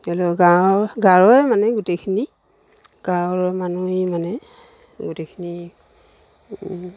তেওঁলোক গাঁৱৰ গাঁৱৰে মানে গোটেইখিনি গাঁৱৰ মানুহেই মানে গোটেইখিনি